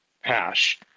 hash